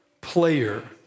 player